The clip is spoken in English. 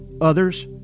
others